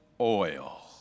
oil